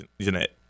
Jeanette